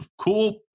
cool